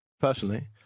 personally